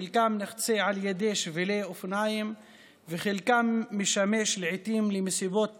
חלקם נחצים על ידי שבילי אופניים וחלקם משמשים לעיתים למסיבות טבע,